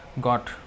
got